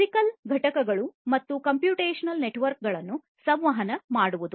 physical ಘಟಕಗಳು ಮತ್ತು computational ನ ನೆಟ್ವರ್ಕ್ ಗಳನ್ನು ಸಂವಹನ ಮಾಡುವುದು